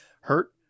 hurt